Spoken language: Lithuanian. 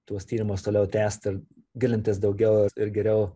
tuos tyrimus toliau tęst ir gilintis daugiau ir geriau